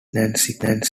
mancini